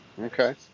Okay